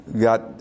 got